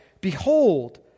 Behold